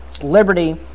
Liberty